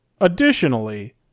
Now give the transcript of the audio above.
Additionally